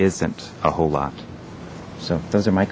isn't a whole lot so those are my